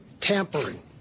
tampering